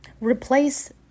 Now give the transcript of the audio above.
replace